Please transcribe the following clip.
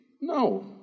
No